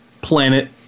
planet